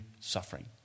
suffering